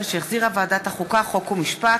2014, שהחזירה ועדת החוקה, חוק ומשפט.